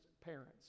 parents